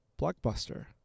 Blockbuster